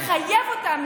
אחרי שפגעת בהם.